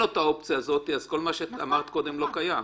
האופציה הזאת, כל מה שאמרת קודם לא קיים.